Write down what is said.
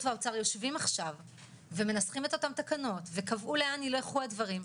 והאוצר יושבים עכשיו ומנסחים את אותן תשובות וקבעו לאן ילכו הדברים,